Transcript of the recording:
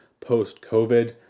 post-COVID